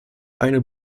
eine